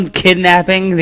kidnapping